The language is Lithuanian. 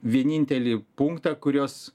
vienintelį punktą kurios